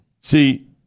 See